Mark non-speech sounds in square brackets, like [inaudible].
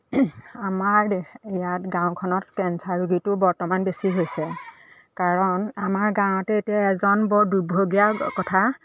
আমাৰ [unintelligible] ইয়াত গাঁওখনত কেঞ্চাৰ ৰোগীটো বৰ্তমান বেছি হৈছে কাৰণ আমাৰ গাঁৱতে এতিয়া এজন বৰ দুৰ্ভগীয়া কথা